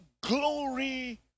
glory